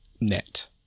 net